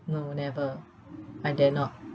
no never I dare not